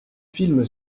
film